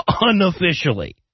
unofficially